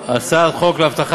מי רשום ראשון על החוק?